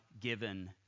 given